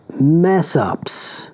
mess-ups